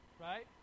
right